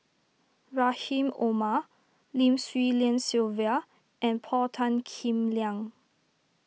Rahim Omar Lim Swee Lian Sylvia and Paul Tan Kim Liang